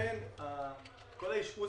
כל האשפוז